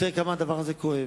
ותראה כמה הדבר הזה כואב.